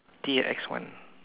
T A X one